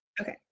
okay